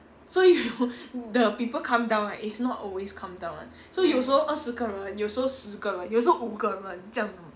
so you the people come down right is not always come down one so 有时候二十人有时候十个人有时候五个人这样的